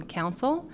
council